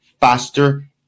faster